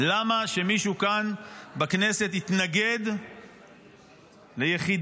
למה שמישהו כאן בכנסת יתנגד ליחידה